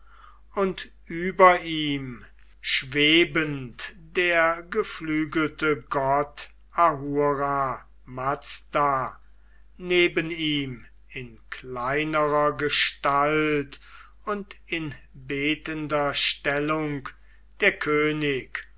und über ihm schwebend der geflügelte gott ahura mazda neben ihm in kleinerer gestalt und in betender stellung der könig